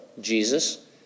Jesus